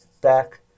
back